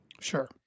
Sure